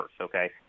okay